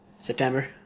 September